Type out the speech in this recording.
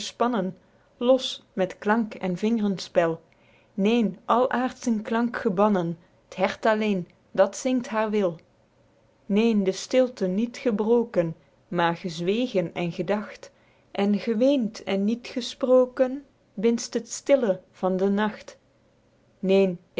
gespannen los met klank en vingrenspel neen al aerdschen klank gebannen t hert alleen dat zingt haer wil neen de stilte niet gebroken maer gezwegen en gedacht en geweend en niet gesproken binst het stille van den nacht neen